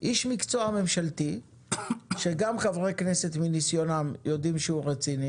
איש מקצוע ממשלתי שגם חברי כנסת מניסיונם יודעים שהוא רציני